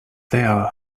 their